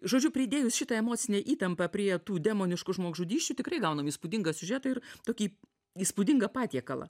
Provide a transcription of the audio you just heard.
žodžiu pridėjus šitą emocinę įtampą prie tų demoniškų žmogžudysčių tikrai gaunam įspūdingą siužetą ir tokį įspūdingą patiekalą